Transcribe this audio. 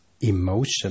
emotion